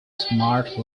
smart